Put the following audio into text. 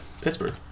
Pittsburgh